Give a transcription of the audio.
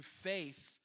faith